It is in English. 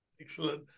Excellent